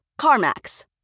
CarMax